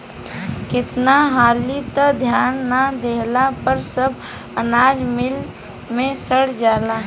केतना हाली त ध्यान ना देहला पर सब अनाज मिल मे सड़ जाला